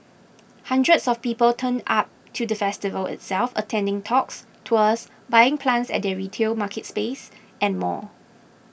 hundreds of people turned up to the festival itself attending talks tours buying plants at their retail marketplace and more